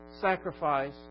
sacrifice